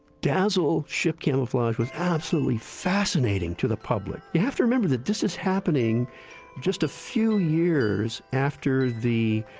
dazzle ship camouflage was absolutely fascinating to the public. you have to remember that this is happening just a few years after the,